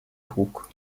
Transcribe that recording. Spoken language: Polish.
huk